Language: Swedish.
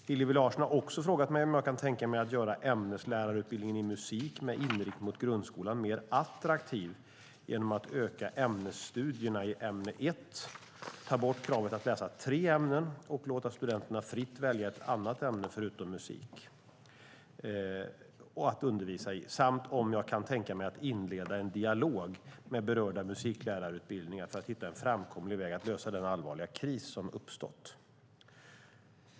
Hillevi Larsson har också frågat mig om jag kan tänka mig att göra ämneslärarutbildningen i musik med inriktning mot grundskolan mer attraktiv genom att öka ämnesstudierna i ämne 1, ta bort kravet att läsa tre ämnen och låta studenterna fritt välja ett andra ämne förutom musik - eller musik - att undervisa i samt om jag kan tänka mig att inleda en dialog med berörda musiklärarutbildningar för att hitta en framkomlig väg att lösa den allvarliga kris som uppstått.